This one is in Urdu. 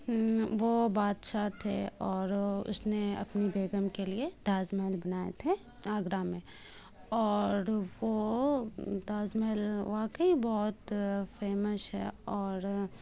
وہ بادشاہ تھے اور اس نے اپنی بیگم کے لیے تاج محل بنائے تھے آگرہ میں اور وہ تاج محل واکعی بہت فیمس ہے اور